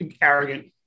arrogant